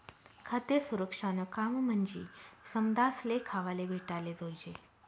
खाद्य सुरक्षानं काम म्हंजी समदासले खावाले भेटाले जोयजे